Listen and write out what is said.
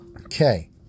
Okay